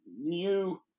new